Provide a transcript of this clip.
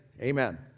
Amen